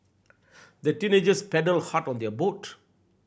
the teenagers paddled hard on their boat